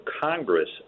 Congress